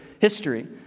history